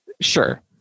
Sure